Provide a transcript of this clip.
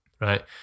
right